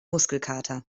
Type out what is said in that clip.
muskelkater